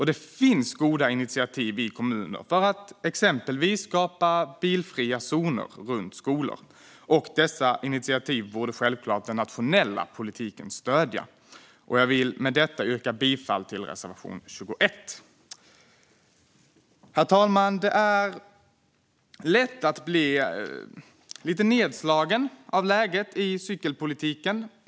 Det finns goda initiativ i kommuner för att exempelvis skapa bilfria zoner runt skolor. Dessa initiativ borde självklart den nationella politiken stödja. Jag vill med detta yrka bifall till reservation 21. Herr talman! Det är lätt att bli lite nedslagen av läget i cykelpolitiken.